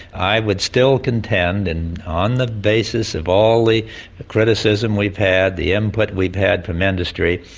i would still contend, and on the basis of all the criticism we've had, the input we've had from industry,